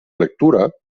lectura